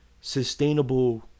sustainable